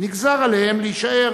נגזר עליהן להישאר